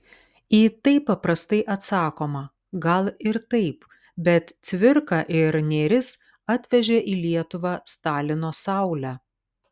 į tai paprastai atsakoma gal ir taip bet cvirka ir nėris atvežė į lietuvą stalino saulę